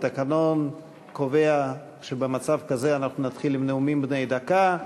התקנון קובע שבמצב כזה נתחיל עם נאומים בני דקה.